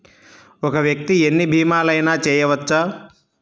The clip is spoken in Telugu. ఒక్క వ్యక్తి ఎన్ని భీమలయినా చేయవచ్చా?